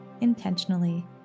intentionally